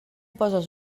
poses